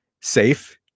safe